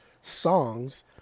songs